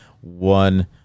One